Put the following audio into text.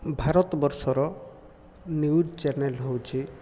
ଭାରତ ବର୍ଷର news channel ହେଉଛି